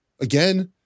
again